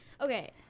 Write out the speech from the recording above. Okay